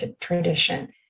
tradition